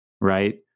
Right